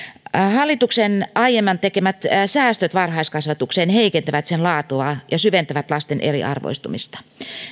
hallituksen aiemmin tekemät säästöt varhaiskasvatukseen heikentävät sen laatua ja syventävät lasten eriarvoistumista